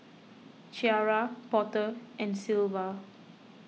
Ciarra Porter and Sylva